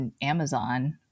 Amazon